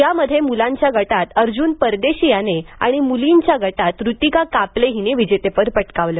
यामध्ये मुलांच्या गटात अर्जुन परदेशी याने आणि मुलींच्या गटात ऋतिका कापले हिने विजेतेपद पटकावलं